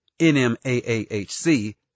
NMAAHC